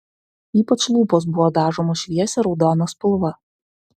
ypač lūpos buvo dažomos šviesia raudona spalva